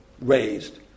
raised